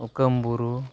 ᱚᱠᱟᱢ ᱵᱩᱨᱩ